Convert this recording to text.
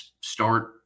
start